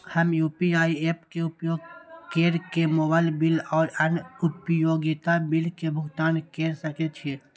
हम UPI apps के उपयोग केर के मोबाइल बिल और अन्य उपयोगिता बिल के भुगतान केर सके छी